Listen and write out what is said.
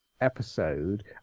episode